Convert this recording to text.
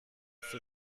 für